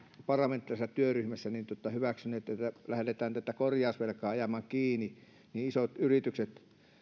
parlamentaarisessa työryhmässä hyväksyneet että lähdetään tätä korjausvelkaa ajamaan kiinni niin isot yritykset